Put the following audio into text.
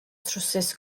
trowsus